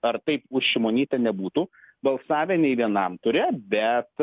ar taip už šimonytę nebūtų balsavę nė vienam ture bet